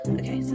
okay